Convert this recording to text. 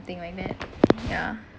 something like that ya